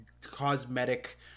cosmetic